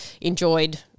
enjoyed